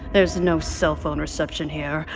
there's no cell phone reception here.